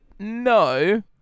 No